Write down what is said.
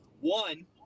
One